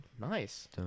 Nice